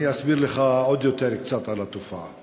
אני אסביר לך קצת יותר על התופעה.